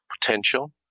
potential